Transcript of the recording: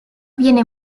viene